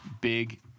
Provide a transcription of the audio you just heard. Big